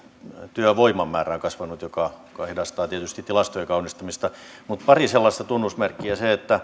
työvoiman määrä on kasvanut mikä hidastaa tietysti tilastojen kaunistumista mutta pari sellaista tunnusmerkkiä